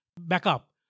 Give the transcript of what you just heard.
backup